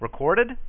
recorded